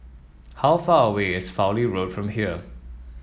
how far away is Fowlie Road from here